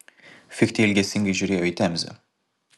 fichtė ilgesingai žiūrėjo į temzę